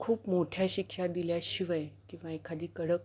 खूप मोठ्या शिक्षा दिल्याशिवाय किंवा एखादी कडक